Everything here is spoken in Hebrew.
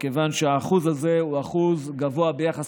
מכיוון שהאחוז הזה הוא אחוז גבוה ביחס